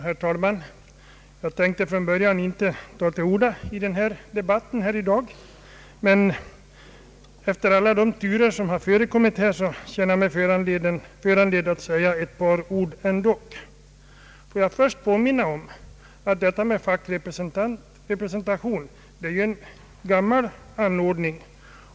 Herr talman! Jag tänkte från början inte ta till orda i denna debatt, men efter alla de turer som har förekommit känner jag mig ändå föranledd att säga ett par ord. Låt mig först påminna om att detta med fackrepresentation är en gammal anordning.